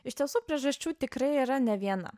iš tiesų priežasčių tikrai yra ne viena